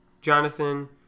Jonathan